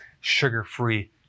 sugar-free